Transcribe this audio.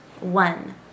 One